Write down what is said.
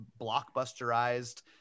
blockbusterized